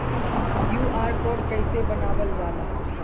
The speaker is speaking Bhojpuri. क्यू.आर कोड कइसे बनवाल जाला?